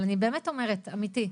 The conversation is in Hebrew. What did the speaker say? אבל אני באמת אומרת, אמיתי,